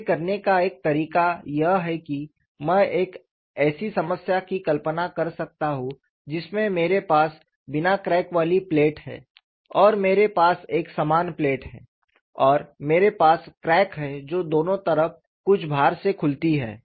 इसे करने का एक तरीका यह है कि मैं एक ऐसी समस्या की कल्पना कर सकता हूं जिसमें मेरे पास बिना क्रैक वाली प्लेट है और मेरे पास एक समान प्लेट है और मेरे पास क्रैक है जो दोनों तरफ कुछ भार से खुलती है